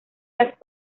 las